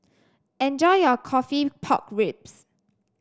enjoy your coffee Pork Ribs